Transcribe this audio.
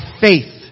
faith